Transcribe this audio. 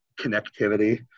connectivity